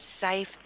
safe